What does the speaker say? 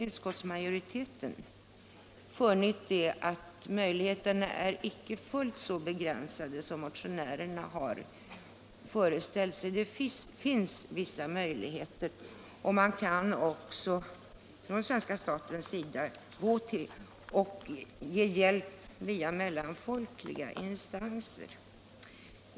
Utskottet har funnit att möjligheterna icke är fullt så begränsade som motionärerna föreställer sig. Det finns vissa möjligheter att få rättshjälp för sådana ärenden. Svenska staten kan också ge hjälp via mellanfolkliga instanser.